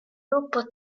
gruppo